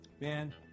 Man